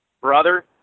brother